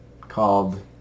called